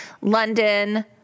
London